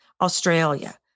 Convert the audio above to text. Australia